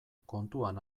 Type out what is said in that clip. kontuan